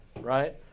right